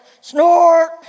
snort